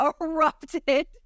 erupted